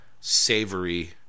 savory